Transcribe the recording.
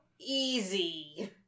easy